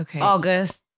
August